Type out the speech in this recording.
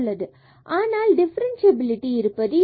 ஆனால் டிஃபரன்ஸ்சியபிலிடி இருப்பது இல்லை